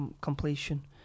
completion